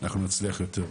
אנחנו נצליח יותר בכלל.